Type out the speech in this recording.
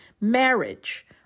marriage